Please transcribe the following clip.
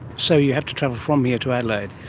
so you have to travel from here to adelaide.